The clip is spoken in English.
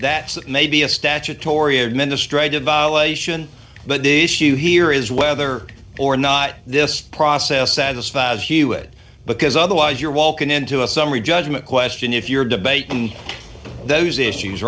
that may be a statutory administrative violation but the issue here is whether or not this process satisfies hewett because otherwise you're walking into a summary judgment question if you're debating those issues